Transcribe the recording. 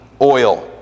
oil